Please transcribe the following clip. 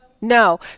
No